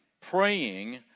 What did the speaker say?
praying